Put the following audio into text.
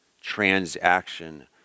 transaction